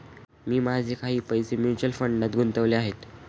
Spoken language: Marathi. मी माझे काही पैसे म्युच्युअल फंडात गुंतवले आहेत